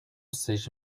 seja